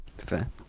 Fair